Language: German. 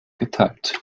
geteilt